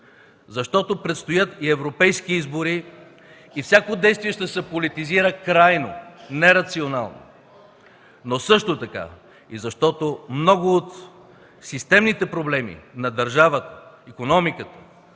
Защото предстоят и европейски избори и всяко действие ще се политизира крайно, нерационално, но също така и защото много от системните проблеми на държавата, икономиката,